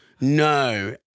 No